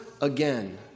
again